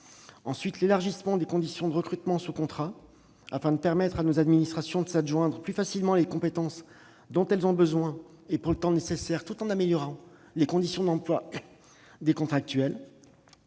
l'élargissement des conditions de recrutement sous contrats, afin de permettre à nos administrations de s'adjoindre plus facilement les compétences dont elles ont besoin, et pour le temps nécessaire, tout en améliorant les conditions d'emploi des contractuels